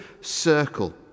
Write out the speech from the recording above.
Circle